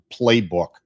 Playbook